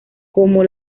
como